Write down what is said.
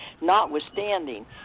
notwithstanding